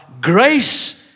grace